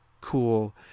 cool